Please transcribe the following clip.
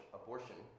abortion